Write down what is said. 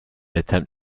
attempt